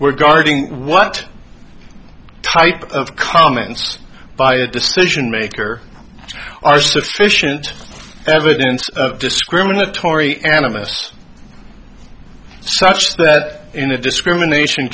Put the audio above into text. guarding what type of comments by the decision maker are sufficient evidence discriminatory animists such that in a discrimination